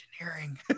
engineering